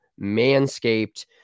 manscaped